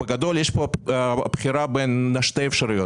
בגדול יש כאן בחירה בין שתי אפשרויות,